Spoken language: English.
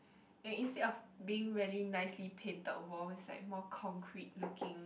and instead of being really nicely painted walls like more concrete looking